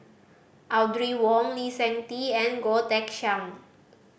Audrey Wong Lee Seng Tee and Goh Teck Sian